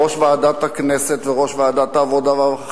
ראש ועדת הכנסת וראש ועדת העבודה והרווחה.